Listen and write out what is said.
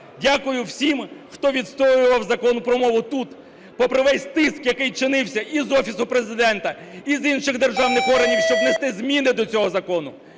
дякую всім, хто відстоював Закон про мову тут, попри весь тиск, який чинився і з Офісу Президента, і з інших державних органів щоб внести зміни до цього закону.